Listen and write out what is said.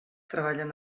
treballen